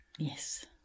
Yes